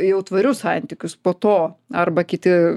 jau tvarius santykius po to arba kiti